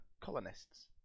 colonists